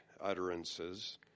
utterances